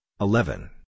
eleven